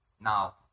Now